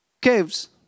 caves